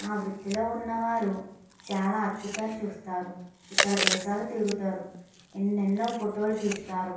ఆ వృత్తిలో ఉన్నవారు చాలా అద్భుతాలు చూస్తారు ఇతర దేశాలు తిరుగుతారు ఎన్నెన్నో ఫోటోలు తీస్తారు